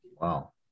Wow